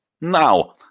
now